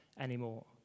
anymore